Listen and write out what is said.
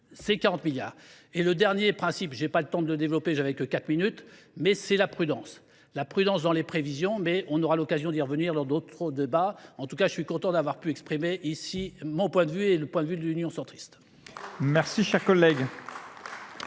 C'est 40 milliards. Et le dernier principe, j'ai pas le temps de le développer, j'avais que 4 minutes, mais c'est la prudence. La prudence dans les prévisions, mais on aura l'occasion d'y revenir dans d'autres débats. En tout cas, je suis content d'avoir pu exprimer ici mon point de vue et le point de vue de l'Union centriste. Merci, cher collègue.